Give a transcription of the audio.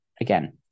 again